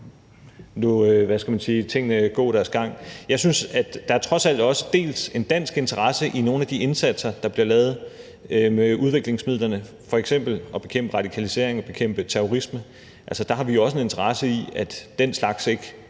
regering og så lod tingene gå deres gang. Jeg synes, at der trods alt også er en dansk interesse i nogle af de indsatser, der bliver lavet med udviklingsmidlerne, f.eks. at bekæmpe radikalisering og bekæmpe terrorisme. Der har vi jo også en interesse i, at den slags ikke